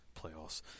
playoffs –